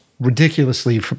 ridiculously